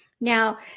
now